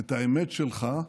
את האמת שלך,